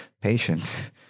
patience